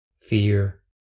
fear